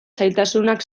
zailtasunak